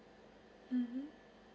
mmhmm